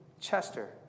Chester